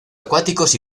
acuáticos